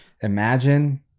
Imagine